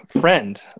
friend